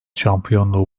şampiyonluğu